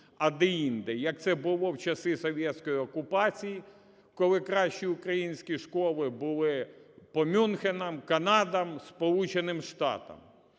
а деінде, як це було в часи совєтскої окупації, коли кращі українські школи були по Мюнхенам, Канадам, Сполученим Штатам.